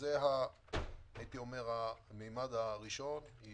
זה הממד הראשון.